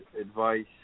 advice